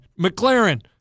McLaren